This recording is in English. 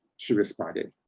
she responded.